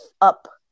up